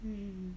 mm